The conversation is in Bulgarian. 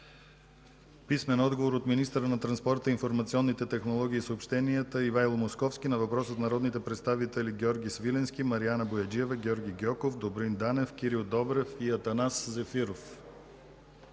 Борис Ячев; - министъра на транспорта, информационните технологии и съобщенията Ивайло Московски на въпрос от народните представители Георги Свиленски, Мариана Бояджиева, Георги Гьоков, Добрин Танев, Кирил Добрев и Атанас Зефиров;